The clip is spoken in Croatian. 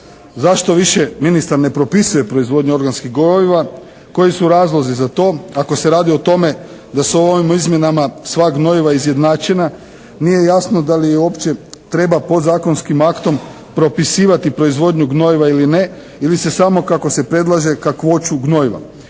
Zašto više ministar ne propisuje proizvodnju organskih gnojiva, koji su razlozi za to ako se radi o tome da su ovim izmjenama sva gnojiva izjednačena. Nije jasno da li uopće treba podzakonskim aktom propisivati proizvodnju gnojiva ili ne ili se samo kako se predlaže kakvoću gnojiva.